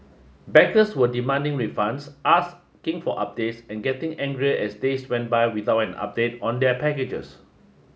backers were demanding refunds asking for updates and getting angrier as days went by without an update on their packages